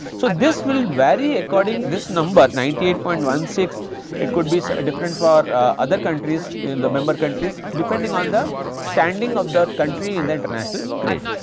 so, this will vary according this number ninety eight point one six it could be so different for other countries, the member countries depending on the standing of the country in the international trade.